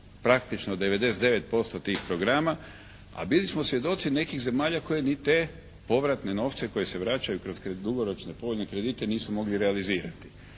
praktično 99% tih programa. A bili smo svjedoci nekih zemalja koje ni te povratne novce koji se vraćaju kroz dugoročne povoljne kredite nisu mogli realizirati.